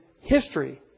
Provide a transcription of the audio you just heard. history